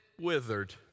withered